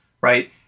right